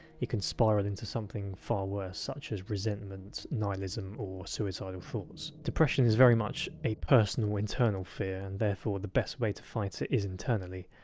it can spiral into something far worse, such as resentment, nihilism or suicidal thoughts. depression is very much a personal and internal fear, and therefore the best way to fight it is internally.